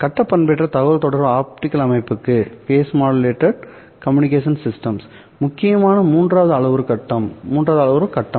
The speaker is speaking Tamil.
கட்ட பண்பேற்றப்பட்ட தகவல்தொடர்பு ஆப்டிகல் அமைப்புக்கு முக்கியமான மூன்றாவது அளவுரு கட்டம்